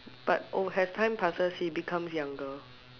but oh as time passes he become younger